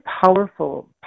powerful